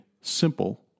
simple